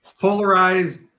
polarized